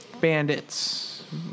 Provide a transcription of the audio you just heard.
bandits